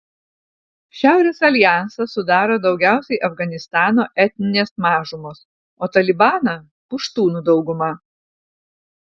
šiaurės aljansą sudaro daugiausiai afganistano etninės mažumos o talibaną puštūnų dauguma